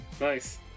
nice